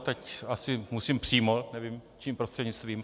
Teď asi musím přímo, nevím čím prostřednictvím.